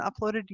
uploaded